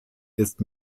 ist